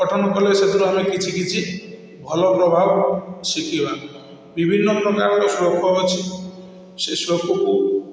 ପଠନ କଲେ ସେଥିରୁ ଆମେ କିଛି କିଛି ଭଲ ପ୍ରଭାବ ଶିଖିବା ବିଭିନ୍ନ ପ୍ରକାର ଶ୍ଲୋକ ଅଛି ସେ ଶ୍ଲୋକକୁ